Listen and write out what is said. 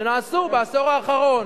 בעשור האחרון.